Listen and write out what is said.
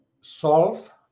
solve